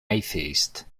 atheist